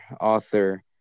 author